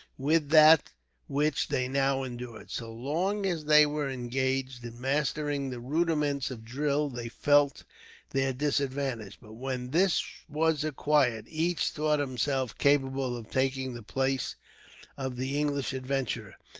with that which they now endured. so long as they were engaged in mastering the rudiments of drill they felt their disadvantage but when this was acquired, each thought himself capable of taking the place of the english adventurer,